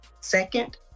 second